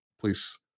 please